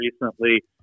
recently